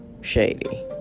shady